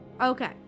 Okay